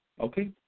Okay